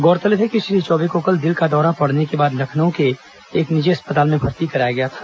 गौरतलब है कि श्री चौबे को कल दिल का दौरा पड़ने के बाद लखनऊ के एक निजी अस्पताल में भर्ती कराया गया था